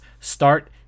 start